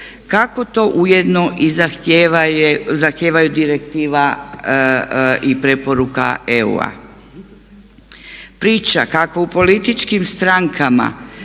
kako to ujedno i zahtijevaju direktiva i preporuka EU. Priča kako u političkim strankama